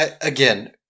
again